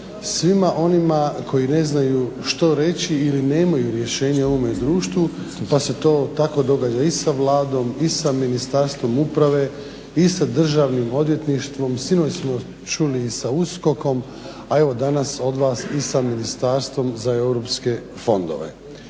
svima onima koji ne znaju što reći ili nemaju rješenja u ovome društvu pa se to tako događa i sa Vladom i sa Ministarstvom uprave i sa Državnim odvjetništvom, sinoć smo čuli i sa USKOK-om a danas od vas i sa Ministarstvom za Europske fondove.